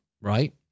right